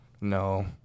No